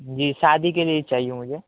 جی شادی کے لیے چاہیے مجھے